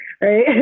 right